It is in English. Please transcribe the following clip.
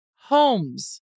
homes